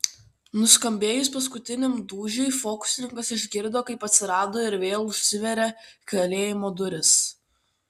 nuskambėjus paskutiniam dūžiui fokusininkas išgirdo kaip atsidaro ir vėl užsiveria kalėjimo durys